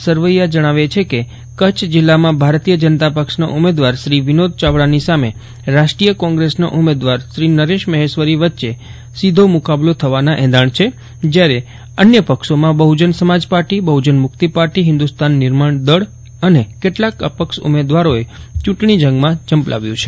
સરવૈયા જજ્ઞાવે છે કેકચ્છ જીલ્લામાં ભારતીય જનતા પક્ષના ઉમેદવાર શ્રી વિનોદ ચાવડાની સામે રાષ્ટ્રીય કોંગ્રેસના ઉમેદવાર શ્રી નરેશ મહેશ્વરી વચ્ચે સીધો મુકાબલો થવાના એંધાજ્ઞ છેજયારે અન્ય પક્ષોમાં બહુજન સમાજ પાર્ટીબહુજન મુક્તિ પાર્ટીહિન્દુસ્તાન નિર્માણ દળ અને કેટલાક અપક્ષ ઉમેદવારોએ ચુંટણી જંગમાં ઝંપલાવ્યું છે